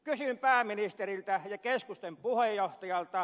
kysyn pääministeriltä ja keskustan puheenjohtajalta